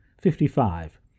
Fifty-five